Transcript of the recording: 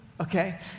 okay